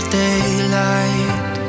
daylight